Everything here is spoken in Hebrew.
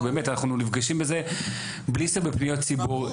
בסוף באמת אנחנו נפגשים בזה בלי סוף בפניות ציבור.